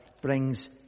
brings